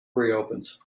reopens